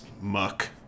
muck